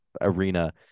arena